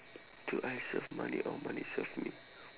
do I serve money or money serve me